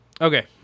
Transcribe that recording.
Okay